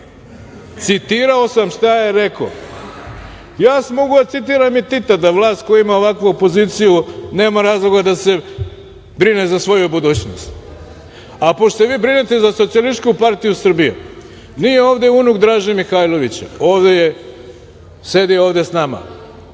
Citirao sam šta je rekao. Ja mogu da citiram i Tita, da vlast koja ima ovakvu opoziciju nema razloga da se brine za svoju budućnost. A pošto se vi brinite za SPS, nije ovde unuk Draže Mihajlovića, ovde je, sedi ovde sa nama,